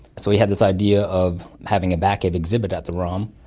so he had this idea of having a bat cave exhibit at the rom.